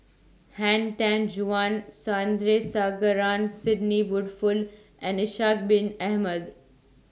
Han Tan Juan Sandrasegaran Sidney Woodhull and Ishak Bin Ahmad